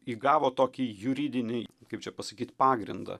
įgavo tokį juridinį kaip čia pasakyt pagrindą